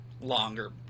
longer